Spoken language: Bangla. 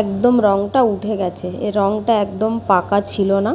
একদম রঙটা উঠে গেছে এ রঙটা একদম পাকা ছিলো না